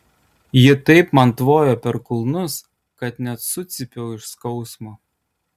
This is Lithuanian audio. ji taip man tvojo per kulnus kad net sucypiau iš skausmo